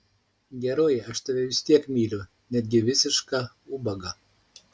geroji aš tave vis tiek myliu netgi visišką ubagą